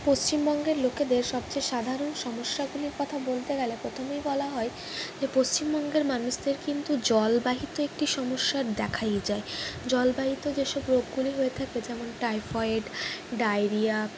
পশ্চিমবঙ্গের লোকেদের সবচেয়ে সাধারণ সমস্যাগুলির কথা বলতে গেলে প্রথমেই বলা হয় যে পশ্চিমবঙ্গের মানুষদের কিন্তু জলবাহিত একটি সমস্যা দেখাই যায় জলবাহিত যেসব রোগগুলি হয়ে থাকে যেমন টাইফয়েড ডায়রিয়া